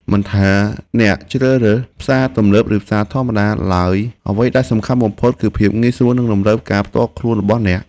មិនថាអ្នកជ្រើសរើសផ្សារទំនើបឬផ្សារធម្មតាឡើយអ្វីដែលសំខាន់បំផុតគឺភាពងាយស្រួលនិងតម្រូវការផ្ទាល់ខ្លួនរបស់អ្នក។